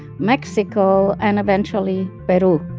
mexico and eventually but